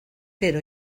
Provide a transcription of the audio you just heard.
pero